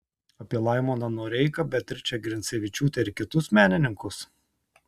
apie laimoną noreiką beatričę grincevičiūtę ir kitus menininkus